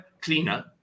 cleaner